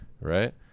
right